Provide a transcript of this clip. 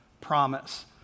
promise